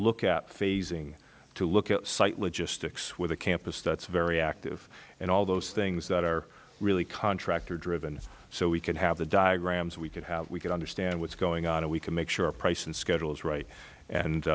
look at phasing to look at site logistics with a campus that's very active and all those things that are really contractor driven so we can have the diagrams we could have we could understand what's going on and we can make sure our price and schedule is right and